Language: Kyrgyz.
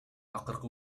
акыркы